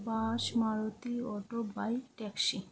bus Maruti auto bike taxi